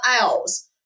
else